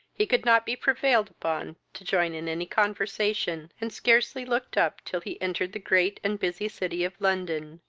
he could not be prevailed upon to join in any conversation, and scarcely looked up till he entered the great and busy city of london,